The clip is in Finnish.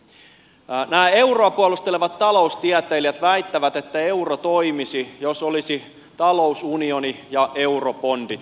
nämä euroa puolustelevat taloustieteilijät väittävät että euro toimisi jos olisi talousunioni ja eurobondit